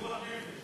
פיקוח נפש.